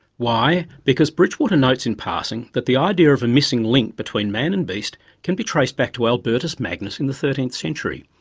why? because bridgwater notes in passing that the idea of a missing link between man and beast can be traced by to albertus magnus in the thirteenth century,